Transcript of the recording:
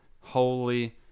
holy